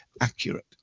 accurate